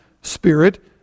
Spirit